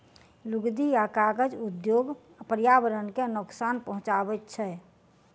लुगदी आ कागज उद्योग पर्यावरण के नोकसान पहुँचाबैत छै